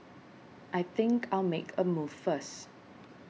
I think I'll make a move first